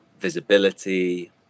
visibility